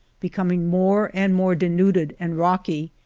becoming more and more denuded and rocky,